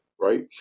right